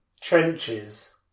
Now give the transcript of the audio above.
trenches